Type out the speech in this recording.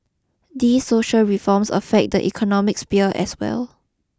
these social reforms affect the economic spear as well